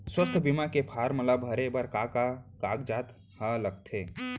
स्वास्थ्य बीमा के फॉर्म ल भरे बर का का कागजात ह लगथे?